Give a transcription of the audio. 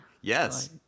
Yes